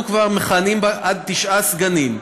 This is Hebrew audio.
כבר מכהנים עד תשעה סגנים,